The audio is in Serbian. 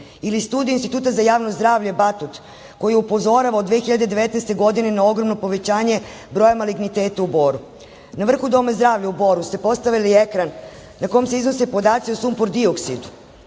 ili studije Instituta za javno zdravlje „Batut“, koji upozorava od 2019. godine na ogromno povećanje broja maligniteta u Boru. Na vrhu doma zdravlja u Boru ste postavili ekran na kom se iznose podaci o sumpor-dioksidu,